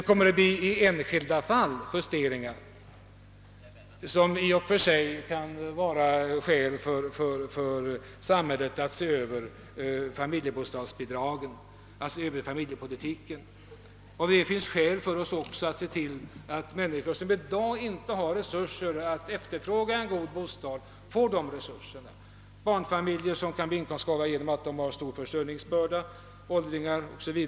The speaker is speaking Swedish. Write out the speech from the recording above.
I enskilda fall kommer det att bli justeringar, vilka i och för sig kan utgöra anledning för samhället att se över familjebostadsbidragen — alltså familjepolitiken. Vi har också anledning att se till att människor — t.ex. barnfamiljer, som blir inkomstsvaga genom att de har stor försörjningsbörda, åldringar 0. s. v.